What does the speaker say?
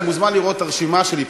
אתה מוזמן לראות את הרשימה שלי,